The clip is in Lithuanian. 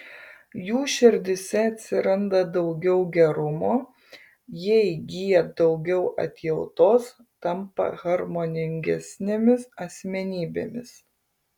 jų širdyse atsiranda daugiau gerumo jie įgyja daugiau atjautos tampa harmoningesnėmis asmenybėmis